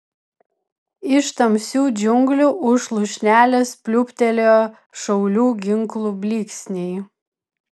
iš tamsių džiunglių už lūšnelės pliūptelėjo šaulių ginklų blyksniai